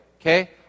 Okay